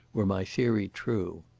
were my theory true.